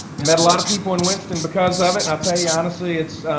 met a lot of people in winston because of it and i'll tell you honestly it's,